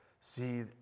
see